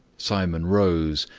simon rose,